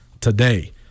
today